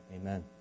Amen